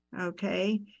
okay